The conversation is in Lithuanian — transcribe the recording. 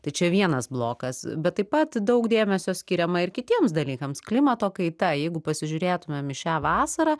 tai čia vienas blokas bet taip pat daug dėmesio skiriama ir kitiems dalykams klimato kaita jeigu pasižiūrėtumėm į šią vasarą